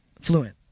Fluent